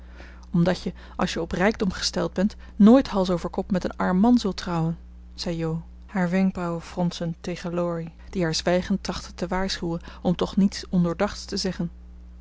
omdat je als je op rijkdom gesteld bent nooit hals over kop met een arm man zult trouwen zei jo haar wenkbrauwen fronsend tegen laurie die haar zwijgend trachtte te waarschuwen om toch niets ondoordachts te zeggen